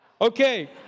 Okay